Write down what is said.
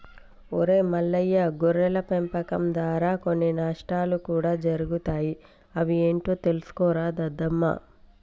ఒరై మల్లయ్య గొర్రెల పెంపకం దారా కొన్ని నష్టాలు కూడా జరుగుతాయి అవి ఏంటో తెలుసుకోరా దద్దమ్మ